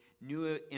New